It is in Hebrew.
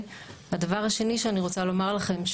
הדבר השני שאני רוצה לומר לכם,